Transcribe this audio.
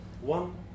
one